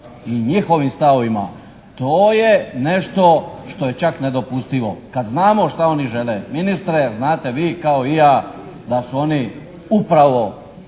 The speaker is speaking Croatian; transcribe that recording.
i njihovim stavovima. To je nešto što je čak nedopustivo. Kad znamo šta oni žele. Ministre, znate vi kao i ja da su oni upravo